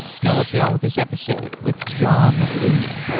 now, let's get on with this episode with john looney.